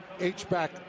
H-back